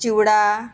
चिवडा